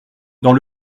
dans